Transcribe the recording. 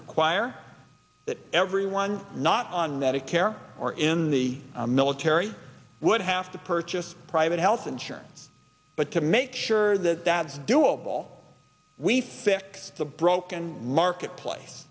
require that everyone not on medicare or in the military would have to purchase private health insurance but to make sure that that's doable we fix the broken marketplace